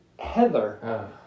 Heather